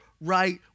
right